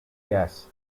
yes